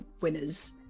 winners